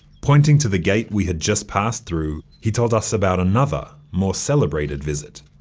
pointing to the gate we had just passed through, he told us about another, more celebrated, visit.